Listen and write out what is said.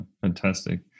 fantastic